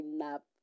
nap